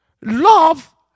Love